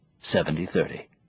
Seventy-thirty